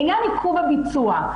לעניין עיכוב הביצוע,